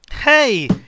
Hey